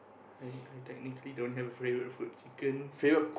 I I technically don't have a favorite food chicken